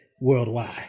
worldwide